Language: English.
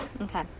Okay